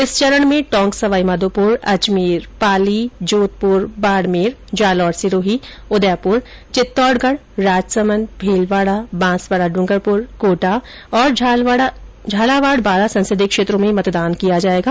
इस चरण में टोंक सवाईमाधोपुर अजमेर पाली जोधपुर बाडमेर जालोर सिरोही उदयपुर चित्तौड़गढ राजसमंद भीलवाडा बांसवाडा ड्रंगरपुर कोटा तथा झालावाड बारां संसदीय क्षेत्रों में मतदान किया जायेगा